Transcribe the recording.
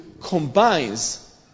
combines